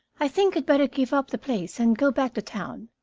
i think you'd better give up the place and go back to town,